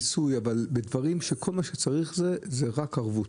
בדברים שכל מה שצריך זה רק ערבות,